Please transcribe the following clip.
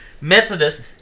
Methodist